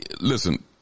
listen